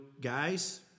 guys